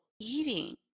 eating